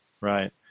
Right